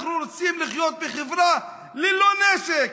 אנחנו רוצים לחיות בחברה ללא נשק.